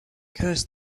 curse